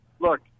look